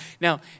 Now